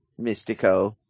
Mystico